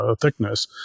thickness